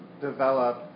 develop